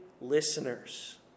listeners